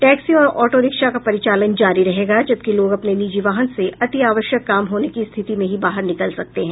taxi और auto rickshaw का परिचालन जारी रहेगा जबकि लोग अपने निजी वाहन से अति आवश्यक काम होने की रिथति में ही बाहर निकल सकते हैं